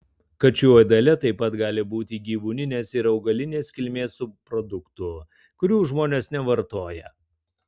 kačių ėdale taip pat gali būti gyvūnines ir augalinės kilmės subproduktų kurių žmonės nevartoja